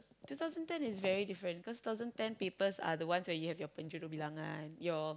two thousand ten is very different because two thousand ten papers are the ones where you have your penjodoh bilangan your